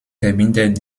verbindet